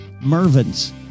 Mervyn's